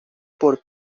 por